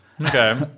Okay